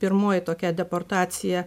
pirmoji tokia deportacija